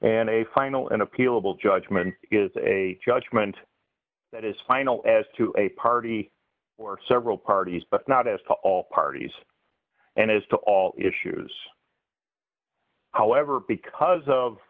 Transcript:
and a final an appealable judgment is a judgment that is final as to a party or several parties but not as to all parties and as to all issues however because of